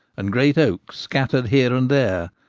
and great oaks scattered here and there,